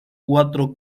cuatro